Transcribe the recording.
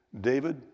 David